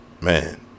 man